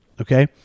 okay